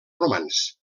romans